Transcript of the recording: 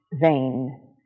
vain